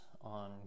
on